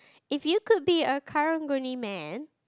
if you could be a karang-guni man